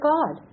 God